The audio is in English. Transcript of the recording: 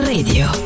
Radio